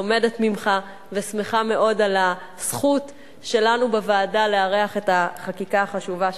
לומדת ממך ושמחה מאוד על הזכות שלנו בוועדה לארח את החקיקה החשובה שלך,